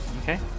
Okay